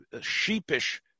sheepish